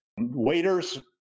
Waiters